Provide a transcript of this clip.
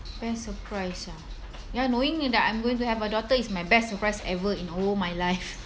best surprise ah ya knowing that I'm going to have a daughter is my best surprise ever in all my life